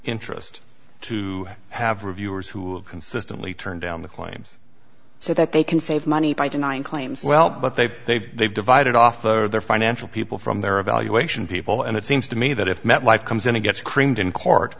interest to have reviewers who consistently turn down the claims so that they can save money by denying claims well but they've they've they've divided off their financial people from their evaluation people and it seems to me that if metlife comes in to get screamed in court